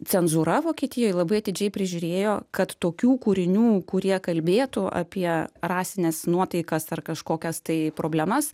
cenzūra vokietijoj labai atidžiai prižiūrėjo kad tokių kūrinių kurie kalbėtų apie rasines nuotaikas ar kažkokias tai problemas